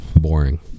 boring